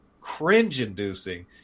cringe-inducing